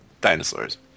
dinosaurs